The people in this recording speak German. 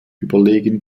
überlegen